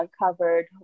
Uncovered